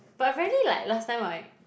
but apparently like last time I